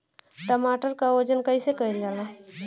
टमाटर क वजन कईसे कईल जाला?